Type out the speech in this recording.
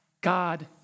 God